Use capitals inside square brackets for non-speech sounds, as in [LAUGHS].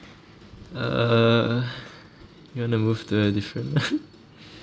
uh you want to move to a different [LAUGHS]